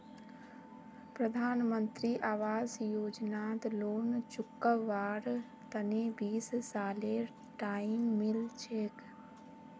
प्रधानमंत्री आवास योजनात लोन चुकव्वार तने बीस सालेर टाइम मिल छेक